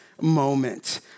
moment